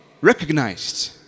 recognized